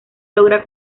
logra